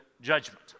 judgment